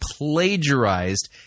plagiarized